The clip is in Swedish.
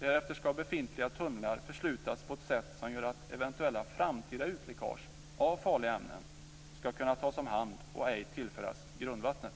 Därefter skall befintliga tunnlar förslutas på ett sätt som gör att eventuella framtida utläckage av farliga ämnen skall kunna tas om hand och ej tillföras grundvattnet.